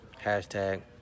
hashtag